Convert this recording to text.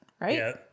right